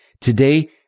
Today